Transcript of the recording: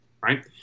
right